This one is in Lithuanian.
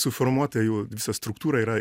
suformuota jau visa struktūra yra